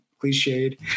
cliched